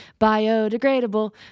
Biodegradable